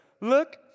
look